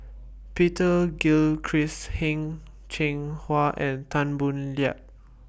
Peter Gilchrist Heng Cheng Hwa and Tan Boo Liat